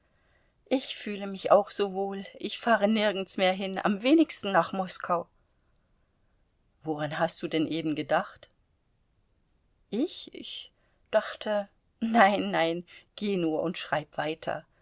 ich fühle mich auch so wohl ich fahre nirgends mehr hin am wenigsten nach moskau woran hast du denn eben gedacht ich ich dachte nein nein geh nur und schreib weiter